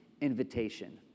invitation